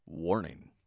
Warning